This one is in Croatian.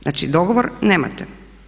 Znači, dogovor nemate.